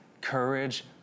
courage